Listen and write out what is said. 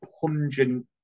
pungent